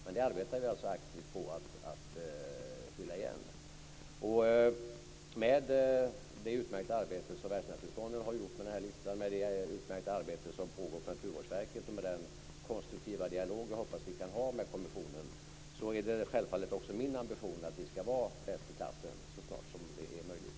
Men det arbetar vi aktivt på att fylla igen. Med det utmärkta arbete som Världsnaturfonden har gjort med den här listan, med det utmärkta arbete som pågår på Naturvårdsverket och med den konstruktiva dialog som jag hoppas att vi kan ha med kommissionen är det självfallet också min ambition att vi ska vara bäst i klassen så snart som det är möjligt.